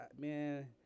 man